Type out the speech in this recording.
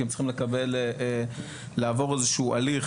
כי הם צריכים לעבור איזה שהוא הליך,